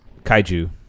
Kaiju